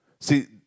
see